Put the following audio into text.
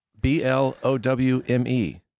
b-l-o-w-m-e